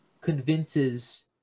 convinces